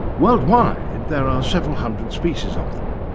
worldwide there are several hundred species of them.